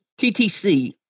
TTC